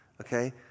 okay